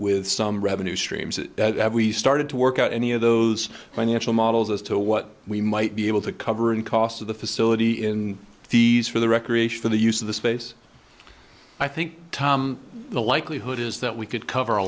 with some revenue streams that we started to work out any of those financial models as to what we might be able to cover and cost of the facility in fees for the recreation for the use of the space i think the likelihood is that we could cover a